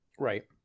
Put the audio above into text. Right